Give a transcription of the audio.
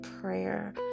prayer